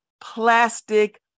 plastic